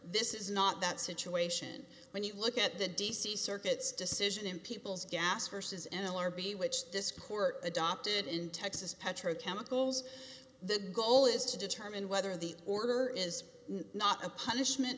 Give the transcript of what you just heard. this is not that situation when you look at the d c circuit decision in people's gas versus an alarm b which this court adopted in texas petrochemicals the goal is to determine whether the order is not a punishment